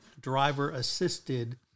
driver-assisted